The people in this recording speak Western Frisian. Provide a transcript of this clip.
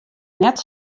net